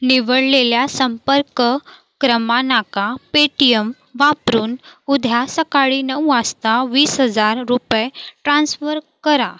निवडलेल्या संपर्क क्रमांका पेटीयम वापरून उद्या सकाळी नऊ वाजता वीस हजार रुपये ट्रान्सवर करा